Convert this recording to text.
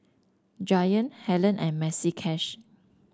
Giant Helen and Maxi Cash